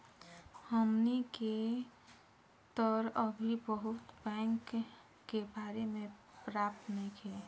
हमनी के तऽ अभी बहुत बैंक के बारे में पाता नइखे